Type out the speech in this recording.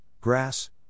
grass